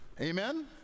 Amen